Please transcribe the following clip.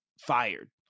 fired